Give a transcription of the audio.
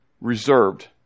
reserved